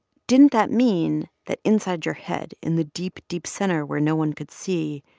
didn't that mean that inside your head in the deep, deep center where no one could see,